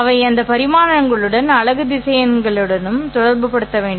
அவை அந்த பரிமாணங்களுடன் அலகு திசையன்களுடன் தொடர்புபடுத்தப்பட வேண்டும்